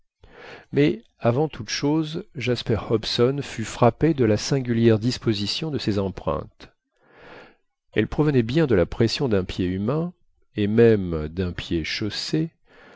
mais avant toutes choses jasper hobson fut frappé de la singulière disposition de ces empreintes elles provenaient bien de la pression d'un pied humain et même d'un pied chaussé